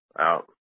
Out